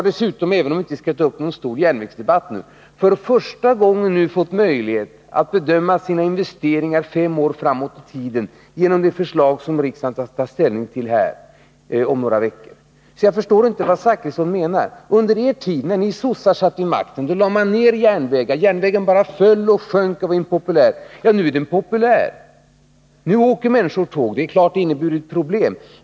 Även om vi inte skall ta upp någon stor järnvägsdebatt nu, vill jag säga att SJ dessutom nu för första gången har fått möjlighet att bedöma sina investeringar fem år framåt i tiden genom det förslag som riksdagen skall ta ställning till om några veckor. Jag förstår därför inte vad herr Zachrisson menar. Under er tid, när ni sossar satt vid makten, lade man ner järnvägar. Järnvägen förföll och var impopulär. Nu är den populär. Nu åker människor tåg. Det är klart att detta har inneburit problem.